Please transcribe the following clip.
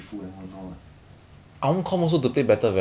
你买那种 err 等一下啊